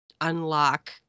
unlock